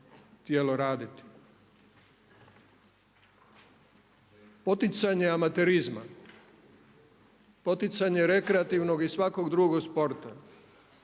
Poticanje amaterizma, poticanje rekreativnog i svakog drugog sporta